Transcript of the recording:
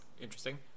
interesting